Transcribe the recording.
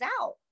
out